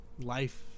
life